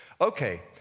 Okay